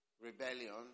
rebellion